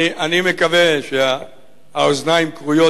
אני מקווה שהאוזניים כרויות,